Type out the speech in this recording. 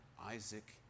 Isaac